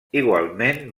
igualment